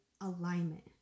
alignment